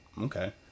Okay